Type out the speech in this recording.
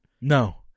No